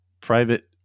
private